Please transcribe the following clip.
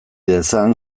dezan